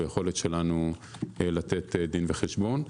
ביכולת שלנו לתת דין וחשבון .